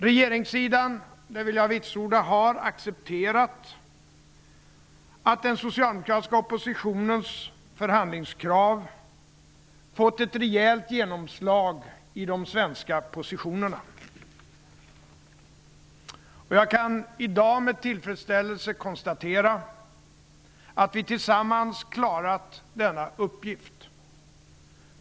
Regeringssidan har accepterat att den socialdemokratiska oppositionens förhandlingskrav har fått ett rejält genomslag i de svenska positionerna. Det vill jag vitsorda. Jag kan i dag med tillfredsställelse konstatera att vi tillsammans har klarat av denna uppgift.